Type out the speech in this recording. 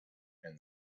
and